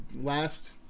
last